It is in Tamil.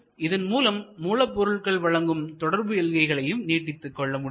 மேலும் இதன் மூலம் மூலப்பொருள் வழங்கும் தொடர்பு எல்கைகளையும் நீட்டித்துக் கொள்ள முடியும்